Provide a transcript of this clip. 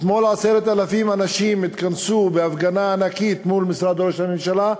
אתמול התכנסו 10,000 אנשים בהפגנה ענקית מול משרד ראש הממשלה,